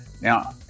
Now